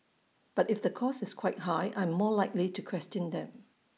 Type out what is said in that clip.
but if the cost is quite high I am more likely to question them